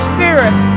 Spirit